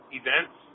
events